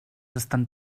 estan